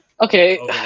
Okay